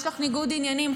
יש לך ניגוד עניינים.